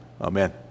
Amen